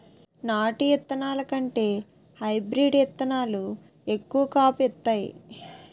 నాటు ఇత్తనాల కంటే హైబ్రీడ్ ఇత్తనాలు ఎక్కువ కాపు ఇత్తాయి